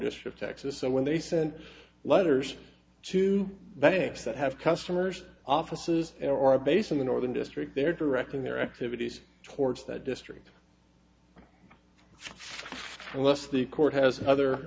district texas and when they sent letters to banks that have customers offices and or a base in the northern district they're directing their activities towards that district unless the court has other